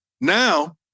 Now